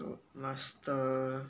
master